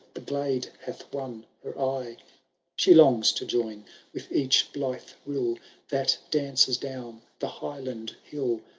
the glade hath won her eye she longs to join with each blithe riu that dances down the highland hill.